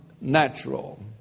natural